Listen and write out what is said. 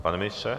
Pane ministře?